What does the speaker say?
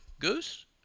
Goose